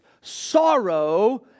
sorrow